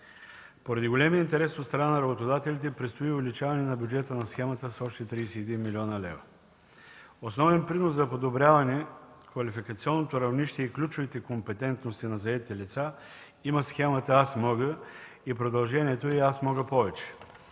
Поради големия интерес от страна на работодателите предстои увеличаване на бюджета на схемата с още 31 млн. лв. Основен принос в подобряване квалификационното равнище и ключовите компетентности на заетите лица има схемата „Аз мога” и продължението й „Аз мога повече”.